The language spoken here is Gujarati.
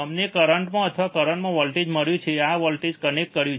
અમને કરંટમાં અથવા કરંટમાં વોલ્ટેજ મળ્યું છે અમે આ સર્કિટને કનેક્ટ કર્યું છે